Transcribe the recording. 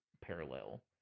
parallel